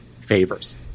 favors